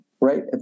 right